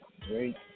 great